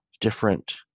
different